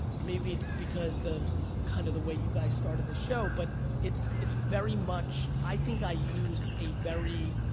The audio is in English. maybe it's because of kinda kind of the way you guys started this show, but it's it's very much, i think i use a very